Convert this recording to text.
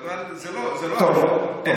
אבל זו לא הכוונה.